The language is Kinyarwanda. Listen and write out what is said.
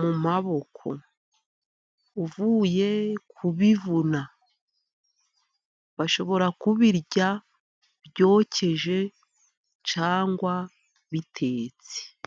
mu maboko, uvuye kubivuna bashobora kubirya byokeje cyangwa bitetse.